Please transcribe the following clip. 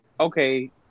okay